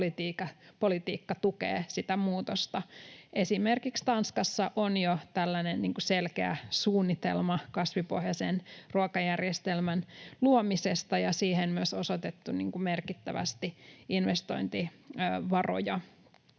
politiikka tukee sitä muutosta. Esimerkiksi Tanskassa on jo tälläinen selkeä suunnitelma kasvipohjaisen ruokajärjestelmän luomisesta, ja siihen myös on osoitettu merkittävästi investointivaroja.